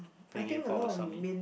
bring it forward